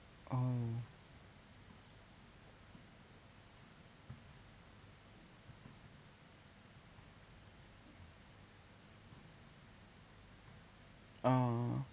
oh uh